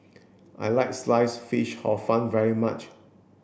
I like sliced fish hor fun very much